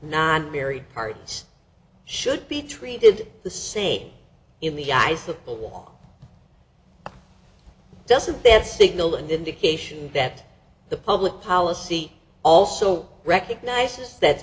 non married partners should be treated the same in the eyes of the bill doesn't that signal an indication that the public policy also recognizes that